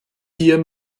hier